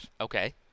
Okay